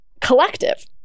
collective